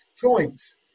joints